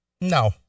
No